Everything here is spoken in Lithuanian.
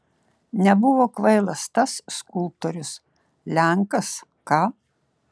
nebuvo kvailas tas skulptorius lenkas ką